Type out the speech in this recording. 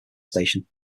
station